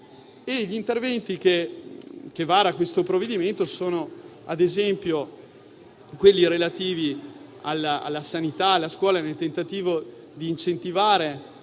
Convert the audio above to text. Gli interventi che vara questo provvedimento sono, ad esempio, quelli relativi alla sanità e alla scuola nel tentativo di incentivare